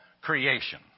creation